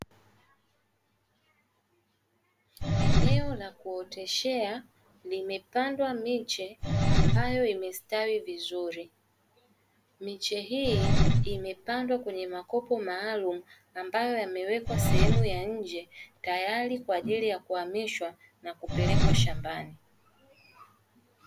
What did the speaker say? Eneo la kuoteshea limepandwa miche ambayo imestawi vizuri. Miche hii imepandwa kwenye makopo maalumu; ambayo yamewekwa sehemu ya nje, tayari kwa ajili ya kuhamishwa na kupelekwa shambani.